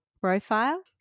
profile